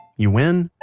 you win